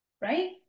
right